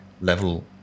level